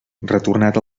retornat